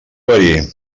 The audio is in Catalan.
verí